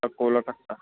తక్కువలో